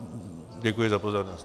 Děkuji za pozornost.